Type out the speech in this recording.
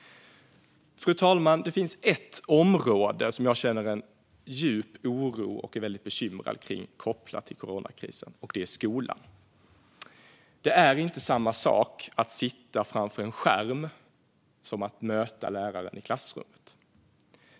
Fru talman! Det finns ett område kopplat till coronakrisen som jag känner en djup oro kring och är väldigt bekymrad över, och det är skolan. Det är inte samma sak att sitta framför en skärm som att möta läraren i klassrummet.